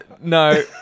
No